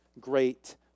great